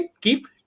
keep